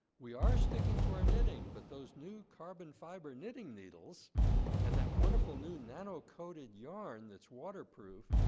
we are sticking to our knitting, but those new carbon fiber knitting needles and that wonderful new nano coated yarn, that's waterproof,